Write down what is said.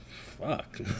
Fuck